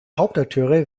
hauptakteure